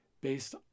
based